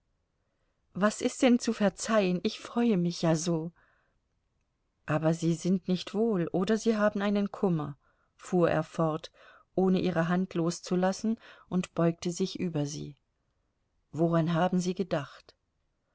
was ist denn zu verzeihen ich freue mich ja so aber sie sind nicht wohl oder sie haben einen kummer fuhr er fort ohne ihre hand loszulassen und beugte sich über sie woran haben sie gedacht